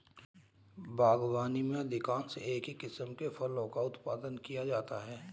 बागवानी में अधिकांशतः एक ही किस्म के फलों का उत्पादन किया जाता है